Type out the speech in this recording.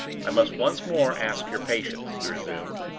i must once more ask your patience, he resumed,